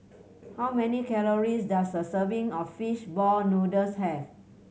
how many calories does a serving of fish ball noodles have